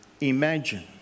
imagine